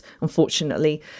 unfortunately